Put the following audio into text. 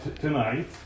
tonight